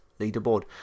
leaderboard